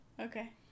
Okay